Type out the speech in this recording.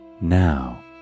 Now